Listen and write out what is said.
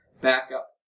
backup